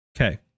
Okay